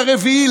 הרביעי,